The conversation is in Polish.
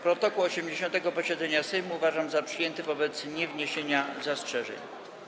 Protokół 80. posiedzenia Sejmu uważam za przyjęty wobec niewniesienia zastrzeżeń.